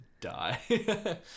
Die